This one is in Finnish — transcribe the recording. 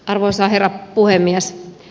arvoisa herra puhemies